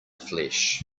flesh